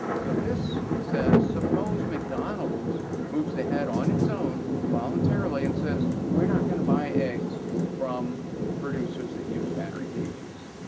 so this says, suppose mcdonald's moves ahead on its own voluntarily and says, we're not going to buy eggs from producers that use battery cages.